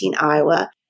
Iowa